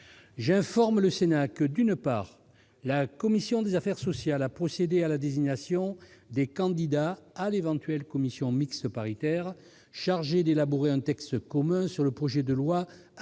J'informe le Sénat que, d'une part, la commission des affaires sociales a procédé à la désignation des candidats à l'éventuelle commission mixte paritaire chargée d'élaborer un texte commun sur le projet de loi